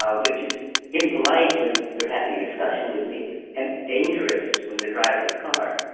ah which is impolite when they're having a discussion with me and dangerous when they're driving a car.